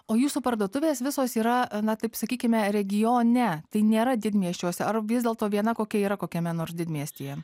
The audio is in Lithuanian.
o jūsų parduotuvės visos yra na taip sakykime regione tai nėra didmiesčiuose ar vis dėlto viena kokia yra kokiame nors didmiestyje